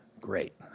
Great